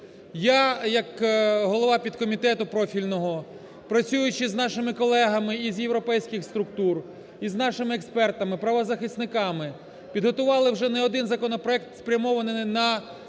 Я як голова підкомітету профільного, працюючи з нашими колегами із європейських структур, із нашими експертами, правозахисниками, підготували вже не один законопроект, спрямований на гуманне